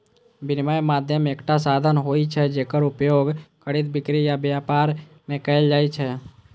विनिमय माध्यम एकटा साधन होइ छै, जेकर उपयोग खरीद, बिक्री आ व्यापार मे कैल जाइ छै